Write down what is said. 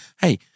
hey—